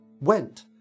went